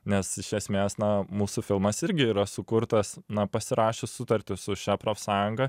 nes iš esmės na mūsų filmas irgi yra sukurtas na pasirašius sutartį su šia profsąjunga